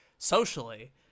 socially